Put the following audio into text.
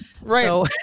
Right